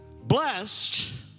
blessed